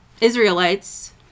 Israelites